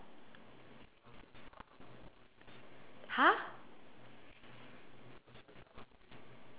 !huh!